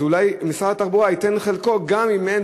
אז אולי משרד התחבורה ייתן את חלקו גם אם אין,